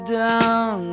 down